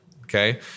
okay